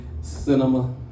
cinema